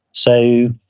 so,